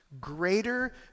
greater